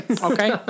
Okay